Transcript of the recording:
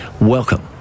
Welcome